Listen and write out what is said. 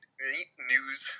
news